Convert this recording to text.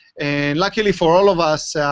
and luckily for all of us,